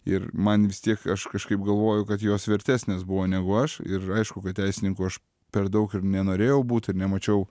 ir man vis tiek aš kažkaip galvoju kad jos vertesnės buvo negu aš ir aišku kad teisininku aš per daug ir nenorėjau būt ir nemačiau